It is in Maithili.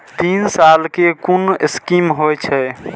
तीन साल कै कुन स्कीम होय छै?